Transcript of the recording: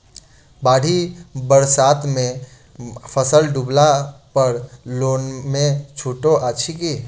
बाढ़ि बरसातमे फसल डुबला पर लोनमे छुटो अछि की